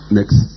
next